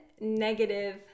negative